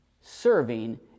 Serving